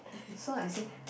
so I say